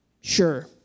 Sure